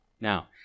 Now